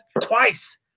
twice